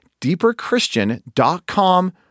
deeperchristian.com